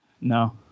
No